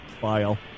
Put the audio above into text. file